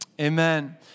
Amen